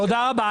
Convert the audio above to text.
תודה רבה.